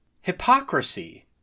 Hypocrisy